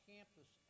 Campus